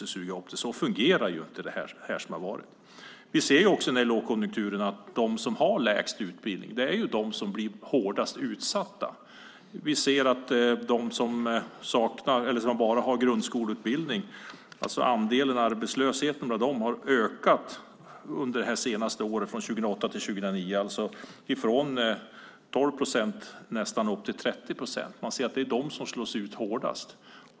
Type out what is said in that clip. Vi ser också att de som blir hårdast utsatta i den här lågkonjunkturen är de som har lägst utbildning. Vi ser att bland dem som bara har grundskoleutbildning har andelen av arbetslösheten ökat från 12 procent till nästan 30 procent under 2008 till 2009. Man ser att det är dessa som slås ut hårdast.